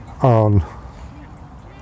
on